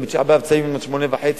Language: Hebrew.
גם בתשעה באב צמים עד 20:30,